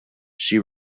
she